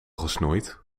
gesnoeid